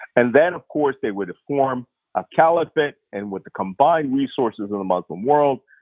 and then of course they would form a caliphate, and with the combined resources of the muslim world,